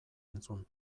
entzun